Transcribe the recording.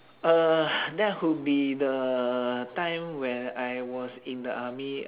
uh that would be the time when I was in the army